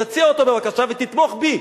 תציע אותו, בבקשה, ותתמוך בי.